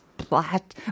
flat